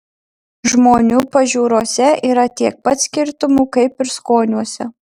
žmonių pažiūrose yra tiek pat skirtumų kaip ir skoniuose